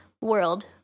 world